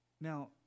Now